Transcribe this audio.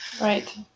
Right